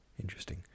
Interesting